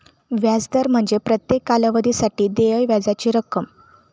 व्याज दर म्हणजे प्रत्येक कालावधीसाठी देय व्याजाची रक्कम